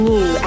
New